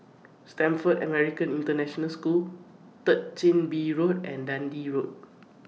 Stamford American International School Third Chin Bee Road and Dundee Road